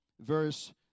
verse